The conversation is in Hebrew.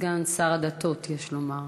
סגן שר הדתות, יש לומר.